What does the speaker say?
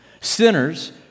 Sinners